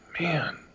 Man